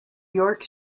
york